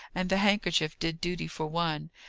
and the handkerchief did duty for one.